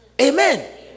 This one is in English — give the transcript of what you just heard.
Amen